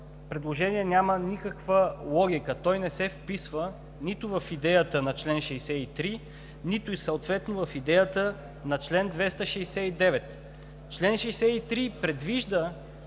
предложение няма никаква логика. Той не се вписва нито в идеята на чл. 63, нито съответно в идеята на чл. 269. Член 63 предвижда